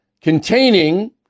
containing